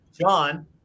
John